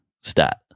stat